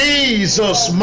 Jesus